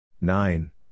Nine